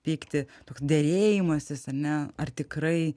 pykti toks derėjimasis ane ar tikrai